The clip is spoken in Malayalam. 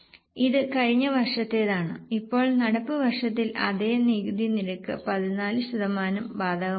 ഇത് കഴിഞ്ഞ വര്ഷത്തേതാണ് ഇപ്പോൾ നടപ്പു വർഷത്തിൽ അതേ നികുതി നിരക്ക് 14 ശതമാനം ബാധകമാക്കുക